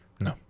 no